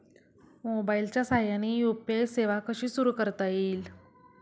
मोबाईलच्या साहाय्याने यू.पी.आय सेवा कशी सुरू करता येईल?